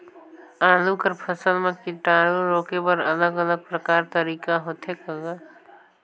आलू कर फसल म कीटाणु रोके बर अलग अलग प्रकार तरीका होथे ग?